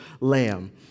lamb